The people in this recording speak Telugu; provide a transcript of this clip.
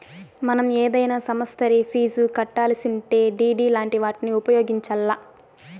మనం ఏదైనా సమస్తరి ఫీజు కట్టాలిసుంటే డిడి లాంటి వాటిని ఉపయోగించాల్ల